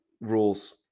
rules